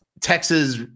Texas